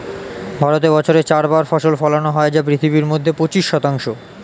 ভারতে বছরে চার বার ফসল ফলানো হয় যা পৃথিবীর মধ্যে পঁচিশ শতাংশ